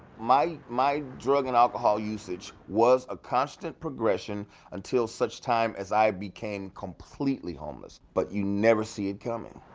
my my drug and alcohol usage was a constant progression until such time as i became completely homeless but you never see it coming.